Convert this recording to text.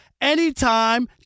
anytime